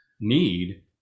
need